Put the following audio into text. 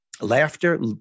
Laughter